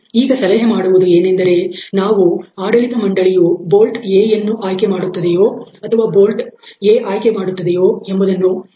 ಈಗ ಸಲಹೆ ಮಾಡುವುದು ಏನೆಂದರೆ ನಾವು ಆಡಳಿತ ಮಂಡಳಿಯು ಬೋಲ್ಟ್ A ಆಯ್ಕೆ ಮಾಡುತ್ತದೆಯೋ ಅಥವಾ ಬೋಲ್ಟ್ B ಆಯ್ಕೆ ಮಾಡುತ್ತದೆಯೋ ಎಂಬುದನ್ನು ನಿರ್ಧರಿಸುವುದಾಗಿದೆ